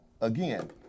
again